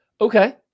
Okay